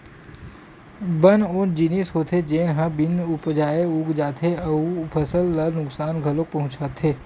बन ओ जिनिस होथे जेन ह बिन उपजाए उग जाथे अउ फसल ल नुकसान घलोक पहुचाथे